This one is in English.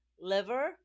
liver